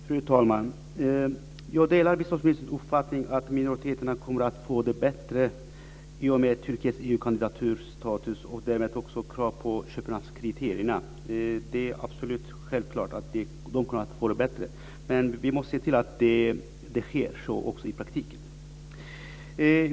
Fru talman! Jag delar biståndsministerns uppfattning att minoriteterna kommer att få det bättre i och med Turkiets EU-kandidaturstatus och därmed också krav på Köpenhamnskriterierna. Det är absolut självklart att de kommer att få det bättre. Men vi måste se till att detta också sker i praktiken.